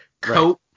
coat